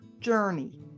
journey